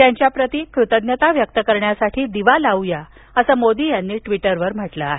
त्यांच्याप्रती कृतज्ञता व्यक्त करण्यासाठी दिवा लावू या असं मोदी यांनी ट्वीटरवर म्हटलं आहे